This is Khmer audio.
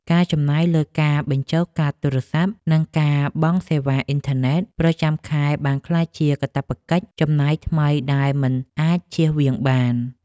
ការចំណាយលើការបញ្ចូលកាតទូរស័ព្ទ និងការបង់សេវាអ៊ីនធឺណិតប្រចាំខែបានក្លាយជាកាតព្វកិច្ចចំណាយថ្មីដែលមិនអាចជៀសវាងបាន។